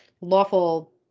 lawful